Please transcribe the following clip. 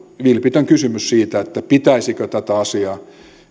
vilpitön kysymys siitä pitäisikö tätä asiaa